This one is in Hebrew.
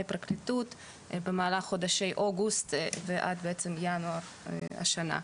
פרקליטות במהלך החודשים אוגוסט עד ינואר השנה.